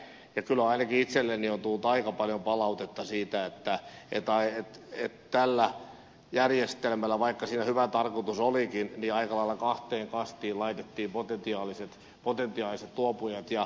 kyllä ainakin itselleni on tullut aika paljon palautetta siitä että tällä järjestelmällä vaikka siinä hyvä tarkoitus olikin aika lailla kahteen kastiin laitettiin potentiaaliset luopujat